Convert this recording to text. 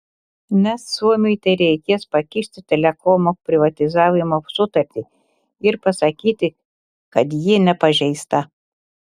nes suomiui tereikės pakišti telekomo privatizavimo sutartį ir pasakyti kad ji nepažeista